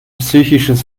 psychisches